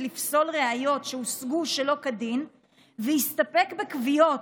לפסול ראיות שהושגו שלא כדין והסתפק בקביעות,